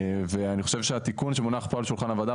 ואני חושב שהתיקון שמונח פה על שולחן הוועדה